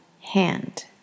hand